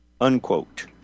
Unquote